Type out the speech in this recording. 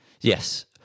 Yes